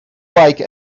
like